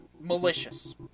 malicious